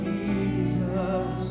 Jesus